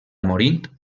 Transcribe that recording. morint